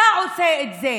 אתה עושה את זה,